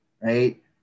Right